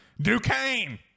Duquesne